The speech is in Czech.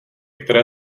které